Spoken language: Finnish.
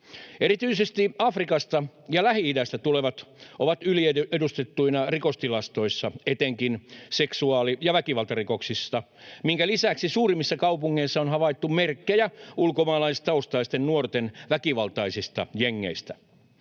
Erityisesti Afrikasta ja Lähi-idästä tulevat ovat yliedustettuina rikostiloissa, etenkin seksuaali- ja väkivaltarikoksissa, minkä lisäksi suurimmissa kaupungeissa on havaittu merkkejä ulkomaalaistaustaisten nuorten väkivaltaisista jengeistä.